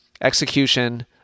execution